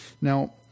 Now